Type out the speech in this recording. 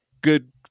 good